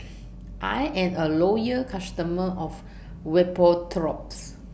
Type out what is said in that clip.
I Am A Loyal customer of Vapodrops